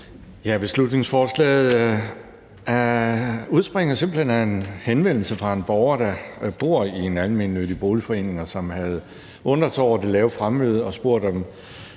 Beslutningsforslaget udspringer simpelt hen af en henvendelse fra en borger, der bor i en almennyttig boligforening, og som havde undret sig over det lave fremmøde, og som